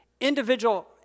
individual